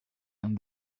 and